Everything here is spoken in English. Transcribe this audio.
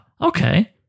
okay